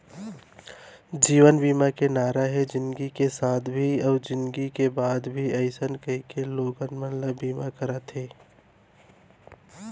जीवन बीमा के नारा हे जिनगी के साथ भी अउ जिनगी के बाद भी अइसन कहिके लोगन मन ल बीमा करवाथे